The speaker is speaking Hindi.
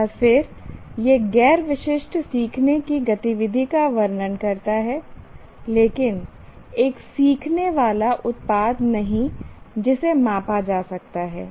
एक बार फिर यह गैर विशिष्ट सीखने की गतिविधि का वर्णन करता है लेकिन एक सीखने वाला उत्पाद नहीं जिसे मापा जा सकता है